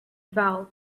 valve